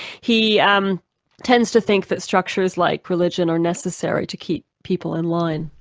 he um tends to think that structures like religion are necessary to keep people in line.